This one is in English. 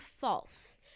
false